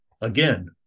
Again